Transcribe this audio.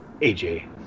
AJ